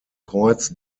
kreuz